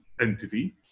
entity